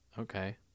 Okay